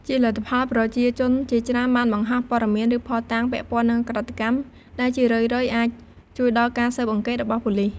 ជាលទ្ធផល ប្រជាជនជាច្រើនបានបង្ហោះព័ត៌មាន ឬភស្តុតាង ពាក់ព័ន្ធនឹងឧក្រិដ្ឋកម្ម ដែលជារឿយៗអាច ជួយដល់ការស៊ើបអង្កេតរបស់ប៉ូលិស ។